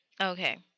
Okay